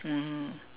mmhmm